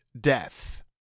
death